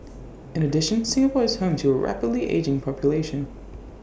in addition Singapore is home to A rapidly ageing population